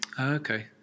Okay